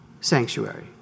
sanctuary